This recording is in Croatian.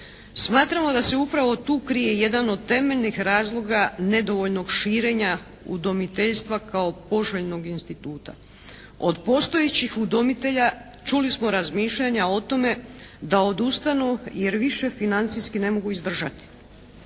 Smatramo da se upravo tu krije jedan od temeljnih razloga nedovoljnog širenja udomiteljstva kao poželjnog instituta. Od postojećih udomitelja čuli smo razmišljanja o tome da odustanu jer više financijski ne mogu izdržati.